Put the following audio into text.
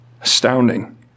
Astounding